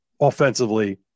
offensively